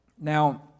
now